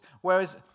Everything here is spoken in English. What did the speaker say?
Whereas